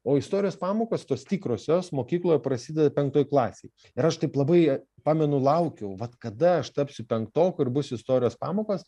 o istorijos pamokos tos tikrosios mokykloje prasideda penktoj klasėj ir aš taip labai pamenu laukiau vat kada aš tapsiu penktoku ir bus istorijos pamokos